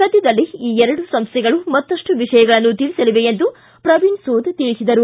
ಸದ್ಯದಲ್ಲೇ ಈ ಎರಡೂ ಸಂಸ್ಥೆಗಳೂ ಮತ್ತಷ್ಟು ವಿಷಯಗಳನ್ನು ತಿಳಿಸಲಿವೆ ಎಂದು ಪ್ರವೀಣ್ ಸೂದ್ ಹೇಳಿದರು